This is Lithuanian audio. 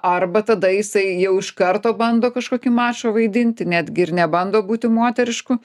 arba tada jisai jau iš karto bando kažkokį mačo vaidinti netgi ir nebando būti moterišku